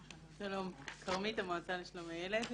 שלום, כרמית, המועצה לשלום הילד.